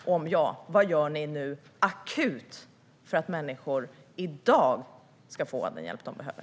Om svaret är ja, vad gör ni nu akut för att människor i dag ska få all den hjälp de behöver?